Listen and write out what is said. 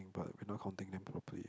but we not counting them properly